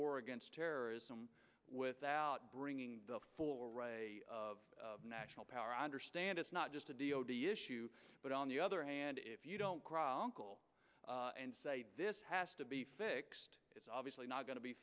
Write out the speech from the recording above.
war against terrorism without bringing the full array of national power i understand it's not just the d o d issue but on the other hand if you don't chronicle and say this has to be fixed it's obviously not going to be